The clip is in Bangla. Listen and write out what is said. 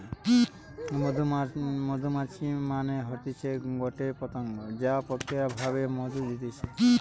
মধুমাছি মানে হতিছে গটে পতঙ্গ যা প্রাকৃতিক ভাবে মধু দিতেছে